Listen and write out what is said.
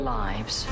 lives